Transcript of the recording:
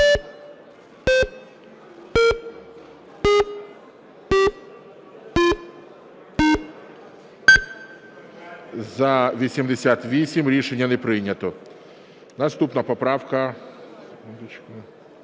За-83 Рішення не прийнято. Наступна поправка